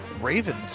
Ravens